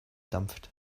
dampft